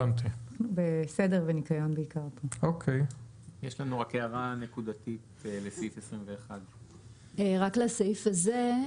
יש לנו הערה נקודתית לסעיף 21. רק לסעיף הזה.